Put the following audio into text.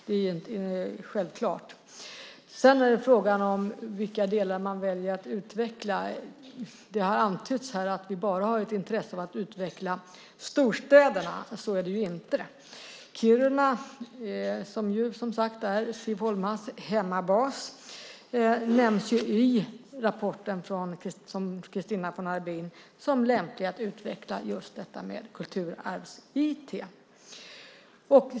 När det gäller frågan om vilka delar man väljer att utveckla har det antytts att vi bara har ett intresse av att utveckla storstäderna. Så är det inte. Kiruna, som är Siv Holmas hemmabas, nämns i rapporten från Christina von Arbin som lämpligt att utveckla just detta med Kulturarvs-IT.